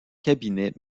cabinets